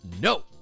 No